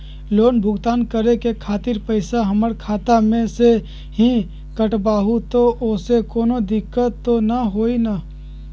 Loan भुगतान करे के खातिर पैसा हमर खाता में से ही काटबहु त ओसे कौनो दिक्कत त न होई न?